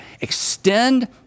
extend